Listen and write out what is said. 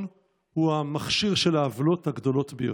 הוא המכשיר של העוולות הגדולות ביותר.